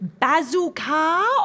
bazooka